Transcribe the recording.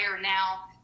now